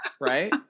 Right